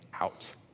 out